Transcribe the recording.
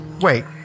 Wait